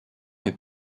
est